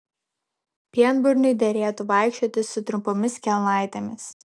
pienburniui derėtų vaikščioti su trumpomis kelnaitėmis